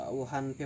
Wuhan